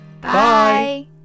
Bye